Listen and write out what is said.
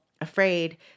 afraid